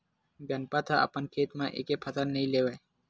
गनपत ह अपन खेत म एके फसल नइ लेवय